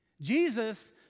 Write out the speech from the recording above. Jesus